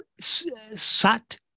Sat